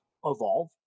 evolve